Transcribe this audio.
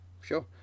Sure